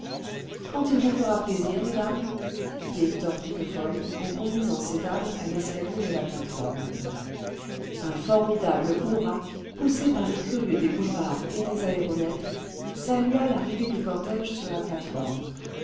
quand il vous fera plaisir mesdames dit hector piquefol en conduisant ces dames à l'escalier de la plate-forme un formidable hourrah poussé par les curieux du boulevard et des aéronefs salua l'arrivée du cortège sur la plate-forme